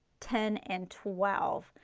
ten and twelve.